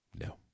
No